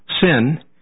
sin